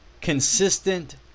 consistent